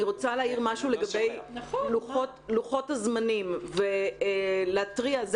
להעיר משהו לגבי לוחות הזמנים ולהתריע.